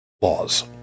laws